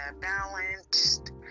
balanced